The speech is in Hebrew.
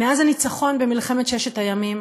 מאז הניצחון במלחמת ששת הימים